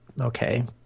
okay